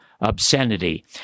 obscenity